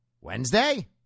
Wednesday